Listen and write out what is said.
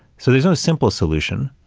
so, there's no simple solution,